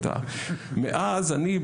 תודה ואז אני,